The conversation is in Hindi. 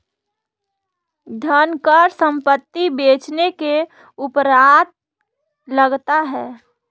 धनकर संपत्ति बेचने के उपरांत लगता है